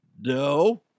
No